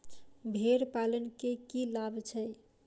भेड़ पालन केँ की लाभ छै?